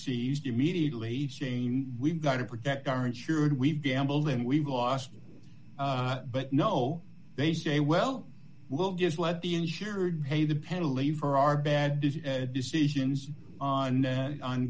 seized immediately chain we've got to protect our insured we've gambled and we've lost but no they say well we'll just let the insured pay the penalty for our bad decisions on